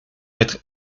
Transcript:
être